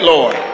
Lord